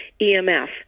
EMF